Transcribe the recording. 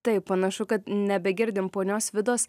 taip panašu kad nebegirdim ponios vidos